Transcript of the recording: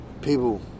people